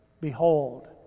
Behold